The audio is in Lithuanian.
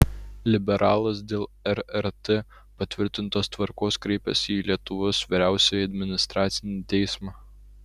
liberalas dėl rrt patvirtintos tvarkos kreipėsi į lietuvos vyriausiąjį administracinį teismą